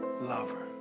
lover